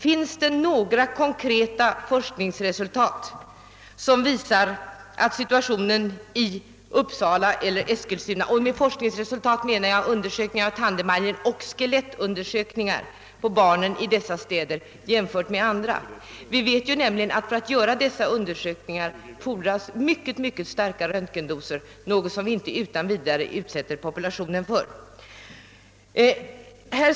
Finns det några konkreta forskningsresultat beträffande situationen i Uppsala eller Eskilstuna i jämförelse med andra städer? Med forskningsresultat menar jag i detta sammanhang undersökningar av tandemaljen och av skelettet på barnen i dessa städer. Vi vet nämligen att det för genomförande av de senare undersökningarna krävs mycket starka röntgendoser som man inte utan vidare utsätter populationen för.